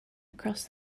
across